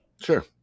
Sure